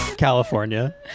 California